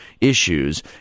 issues